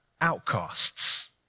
outcasts